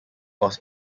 was